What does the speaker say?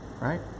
Right